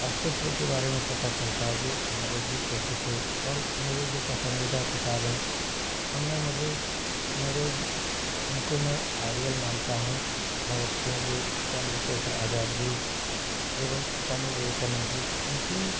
अस्तित्व के बारे में पता चलता है कि महादेव जी कैसे थे और मेरी जो पसंदीदा किताब हैं उनमे मुझे मेरे इनको मैं आइडियल मानता हूँ भगत सिंह जी चन्द्र शेखर आज़ाद जी एवं स्वामी विवेकानन्द जी इनकी